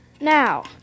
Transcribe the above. Now